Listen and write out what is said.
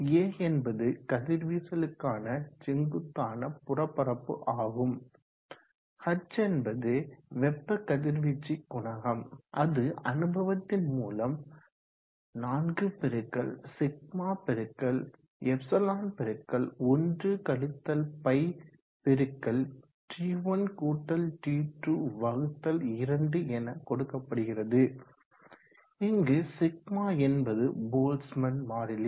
A என்பது கதிர்வீசலுக்கான செங்குத்தான புறப்பரப்பு ஆகும் H என்பது வெப்ப கதிர்வீச்சு குணகம் அது அனுபவத்தின் மூலம் 4σ ε 1 фT1T2 2 எனக்கொடுக்கப்படுகிறது இங்கு σ என்பது போல்ட்ஸ்மேன் மாறிலி